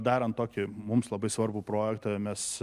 darant tokį mums labai svarbų projektą mes